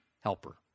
helper